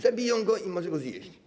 Zabiją go i może go zjeść.